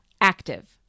active